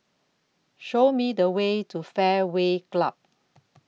Show Me The Way to Fairway Club